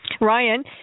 Ryan